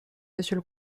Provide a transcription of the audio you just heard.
monsieur